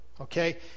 Okay